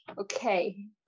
okay